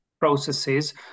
processes